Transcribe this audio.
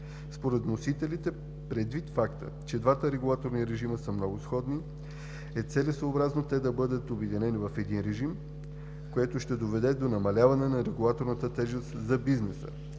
Според вносителите предвид факта, че двата регулаторни режима са много сходни, е целесъобразно те да бъдат обединени в един режим, което ще доведе до намаляване на регулаторната тежест за бизнеса.